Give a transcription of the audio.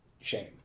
shame